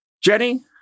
Jenny